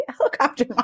helicopter